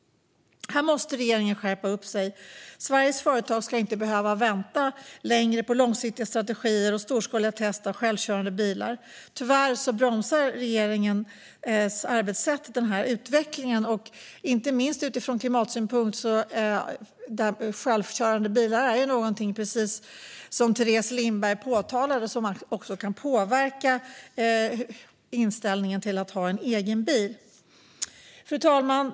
Här måste regeringen skärpa sig. Sveriges företag ska inte behöva vänta längre på långsiktiga strategier och storskaliga tester av självkörande bilar. Tyvärr bromsar regeringens arbetssätt utvecklingen. Jag tänker inte minst på detta från klimatsynpunkt. Precis som Teres Lindberg påpekade kan självkörande bilar också påverka inställningen till att ha en egen bil. Fru talman!